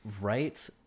Right